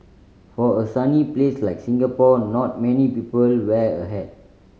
for a sunny place like Singapore not many people wear a hat